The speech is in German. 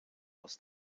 aus